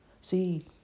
See